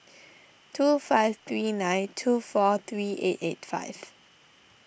two five three nine two four three eight eight five